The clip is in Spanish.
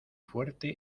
fuerte